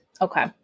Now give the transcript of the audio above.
Okay